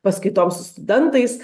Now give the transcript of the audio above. paskaitoms su studentais